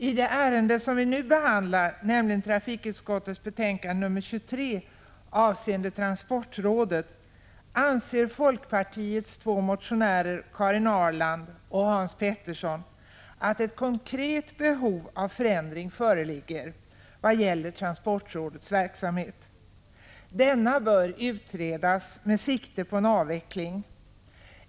I det ärende som vi nu behandlar, nämligen trafikutskottets betänkande 23 avseende transportrådet, anser folkpartiets två motionärer Karin Ahrland och Hans Petersson i Röstånga att ett konkret behov av förändring föreligger vad gäller transportrådets verksamhet. Denna bör utredas med sikte på en avveckling.